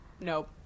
Nope